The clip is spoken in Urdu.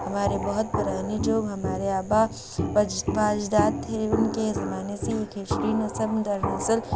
ہمارے بہت پرانے جو ہمارے آبا اج و اجداد تھے ان کے زمانے سے ہی کھچڑی نسل در نسل